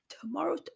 Tomorrow